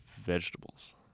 vegetables